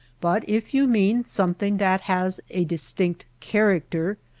but if you mean some thing that has a distinct character,